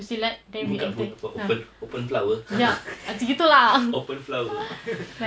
buka bunga apa open open flower open flower